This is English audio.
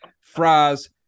fries